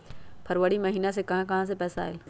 फरवरी महिना मे कहा कहा से पैसा आएल?